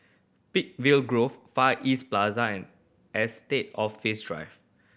Peakville Grove Far East Plaza and Estate Office Drive